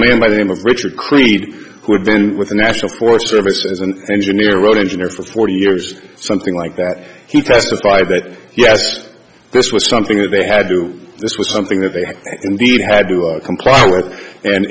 man by the name of richard creed who had been with the national forest service as an engineer wrote engineer for forty years something like that he testified that yes this was something that they had to do this was something that they indeed had to comply with and